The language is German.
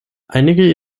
einige